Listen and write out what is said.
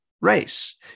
race